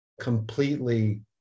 completely